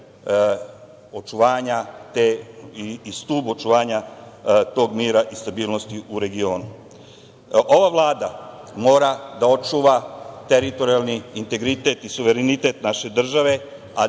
bude lider i stub očuvanja tog mira i stabilnosti u regionu. Ova Vlada mora da očuva teritorijalni integritet i suverenitet naše države, a